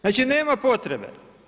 Znači nema potrebe.